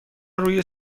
روی